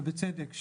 ובצדק,